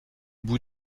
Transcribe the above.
bout